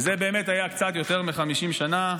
וזה באמת היה קצת יותר מ-50 שנה,